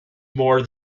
more